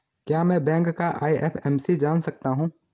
क्या मैं बैंक का आई.एफ.एम.सी जान सकता हूँ?